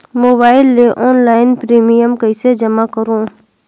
Mobile ले online premium कइसे जमा करों?